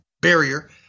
barrier